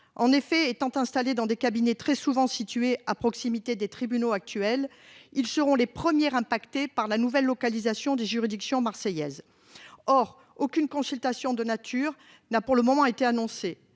en effet étant installé dans des cabinets très souvent situés à proximité des tribunaux actuels, ils seront les premiers impactés par la nouvelle localisation des juridictions marseillaise. Or aucune consultation de nature n'a pour le moment été annoncé